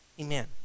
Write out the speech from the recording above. Amen